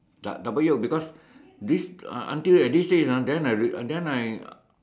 double double Yolk because this until this day ah then I then I